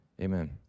amen